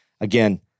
again